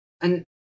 And-